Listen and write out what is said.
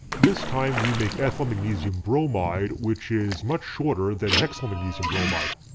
this time we make ethylmagnesium bromide which is much shorter than hexylmagnesium bromide.